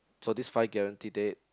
for this five guaranteed date